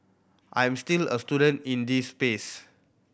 I'm still a student in this space